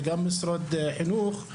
וגם משרד החינוך,